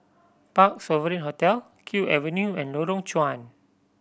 Parc Sovereign Hotel Kew Avenue and Lorong Chuan